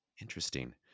Interesting